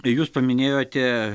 jūs paminėjote